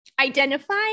identify